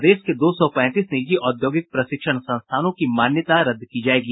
प्रदेश के दो सौ पैंतीस निजी औद्योगिक प्रशिक्षण संस्थानों की मान्यता रद्द की जायेगी